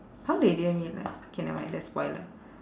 how did they realise K never mind that's spoiler